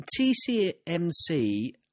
TCMC